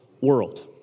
world